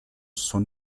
son